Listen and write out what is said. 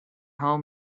home